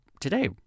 today